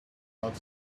not